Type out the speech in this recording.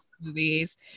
movies